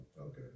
Okay